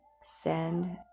send